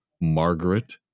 Margaret